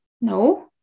no